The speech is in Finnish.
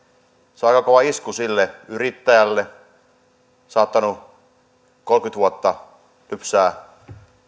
se on aika kova isku sille yrittäjälle joka on saattanut kolmekymmentä vuotta lypsää